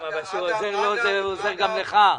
עוזר לו הוא עוזר גם לך.